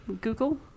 Google